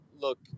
look